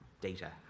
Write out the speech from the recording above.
data